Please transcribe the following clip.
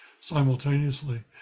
simultaneously